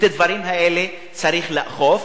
את הדברים האלה צריך לאכוף.